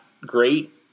great